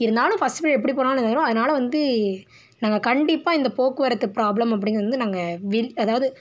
இருந்தாலும் first period எப்படி போனாலும் இதாகிடும் அதனால் வந்து நாங்கள் கண்டிப்பாக இந்த போக்குவரத்து ப்ராப்ளம் அப்படிங்கிறது வந்து நாங்கள் அதாவது